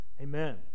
Amen